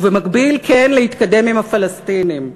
ובמקביל, כן להתקדם עם הפלסטינים.